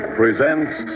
presents